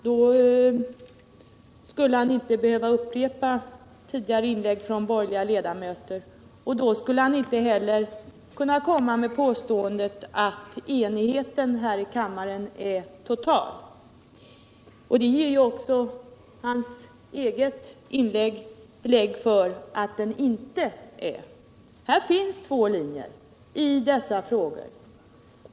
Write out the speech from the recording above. Då skulle han inte behöva upprepa tidigare inlägg av borgerliga ledamöter och inte heller kunna påstå att enigheten är total här i kammaren. Även hans eget uttalande ger belägg för att enigheten inte är total. I dessa frågor finns det två linjer.